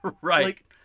Right